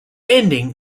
ending